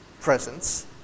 presence